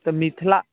तऽ मिथिला